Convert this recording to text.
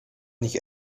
nicht